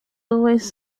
always